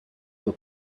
were